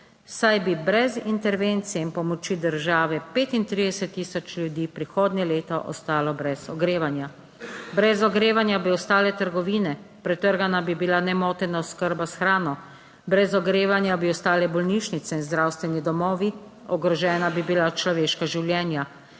saj bi brez intervencije in pomoči države 35000 ljudi prihodnje leto ostalo brez ogrevanja. Brez ogrevanja bi ostale trgovine, pretrgana bi bila nemotena oskrba s hrano, brez ogrevanja bi ostale bolnišnice in zdravstveni domovi, ogrožena bi bila človeška življenja.